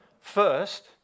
First